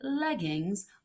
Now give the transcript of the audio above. leggings